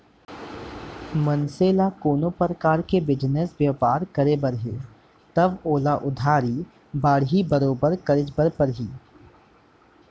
मनसे ल कोनो परकार के बिजनेस बयपार करे बर हे तव ओला उधारी बाड़ही बरोबर करेच बर परही